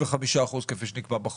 75% כפי שנקבע בחוק.